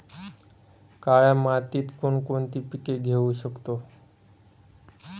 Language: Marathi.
काळ्या मातीत कोणकोणती पिके घेऊ शकतो?